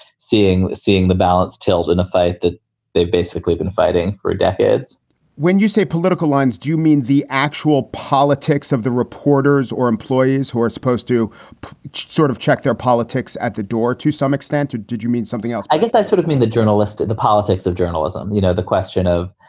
seeing seeing the balance tilt in a fight that they've basically been fighting for decades when you say political lines, do you mean the actual politics of the reporters or employees who are supposed to sort of check their politics at the door to some extent, or did you mean something else? i guess that's sort of i mean, the journalists, the politics of journalism, you know, the question of,